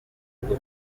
bwo